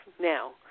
now